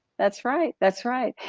that's right, that's right.